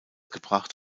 gebracht